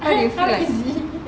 how you two like